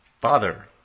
father